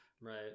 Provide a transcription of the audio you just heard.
Right